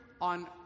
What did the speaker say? on